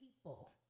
people